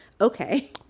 okay